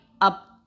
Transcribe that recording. up